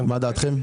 מהי דעתכם?